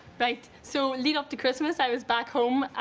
right so lead-up to christmas i was back home